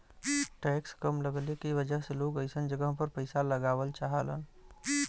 tax कम लगले के वजह से लोग अइसन जगह पर पइसा लगावल चाहलन